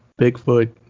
Bigfoot